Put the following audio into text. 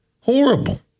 Horrible